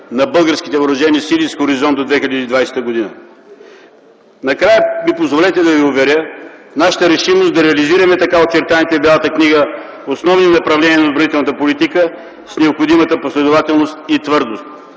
на българските въоръжени сили с хоризонт до 2020 г. Накрая ми позволете да ви уверя в нашата решимост да реализираме така очертаните в Бялата книга основни направления на отбранителната политика с необходимата последователност и твърдост.